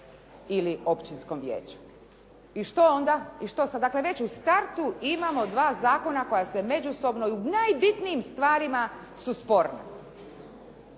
ili općinskom vijeću. I što onda? Dakle, već u startu imamo dva zakona koja se međusobno i u najbitnijim stvarima su sporna.